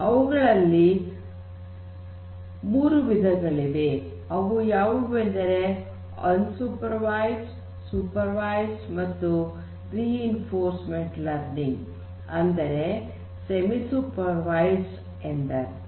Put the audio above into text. ಅವುಗಳಲ್ಲಿ ಮೂರು ವಿಧವಾಗಿವೆ ಅವುಗಳು ಯಾವುವೆಂದರೆ unsupervised supervised ಮತ್ತು ರಿಇನ್ಫೋರ್ಸ್ಮೆಂಟ್ ಲರ್ನಿಂಗ್ ಅಂದರೆ ಸೆಮಿ ಸೂಪರ್ ವೈಸ್ಡ್ ಎಂದರ್ಥ